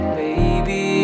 baby